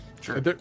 Sure